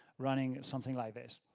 running something like this.